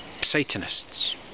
Satanists